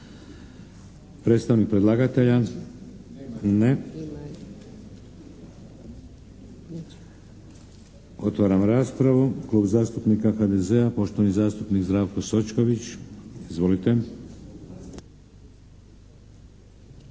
Predstavnik predlagatelja? Ne. Otvaram raspravu. Klub zastupnika HDZ-a, poštovani zastupnik Zdravko Sočković. Izvolite.